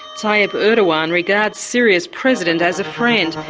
tayyip erdogan regards syria's president as a friend,